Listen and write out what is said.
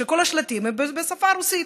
שכל השלטים הם בשפה הרוסית.